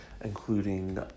including